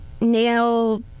nail